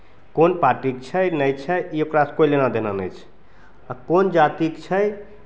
कोन पार्टीक छै नहि छै ई ओकरासँ कोइ लेना देना नहि छै आ कोन जातिक छै